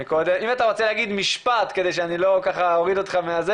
אם אתה חושב שזה יוריד כמה שקלים לשקית